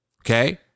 Okay